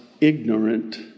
ignorant